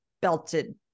belted